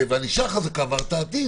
וענישה הרתעתית,